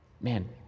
man